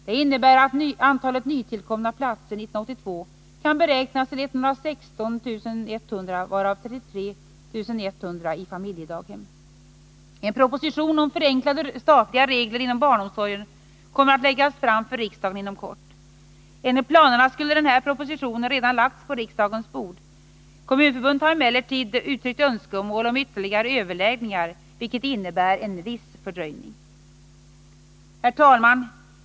Det innebär att antalet nytillkomna platser 1982 kan beräknas till 116 100, varav 33 100 i familjedaghem. En proposition om förenklade statliga regler inom barnomsorgen kommer att läggas fram för riksdagen inom kort. Enligt planerna skulle denna proposition redan ha lagts på riksdagens bord. Kommunförbundet har emellertid uttryckt önskemål om ytterligare överläggningar, vilket innebär en viss fördröjning. Herr talman!